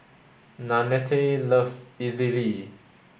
Nannette loves Idili